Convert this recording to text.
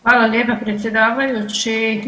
Hvala lijepa predsjedavajući.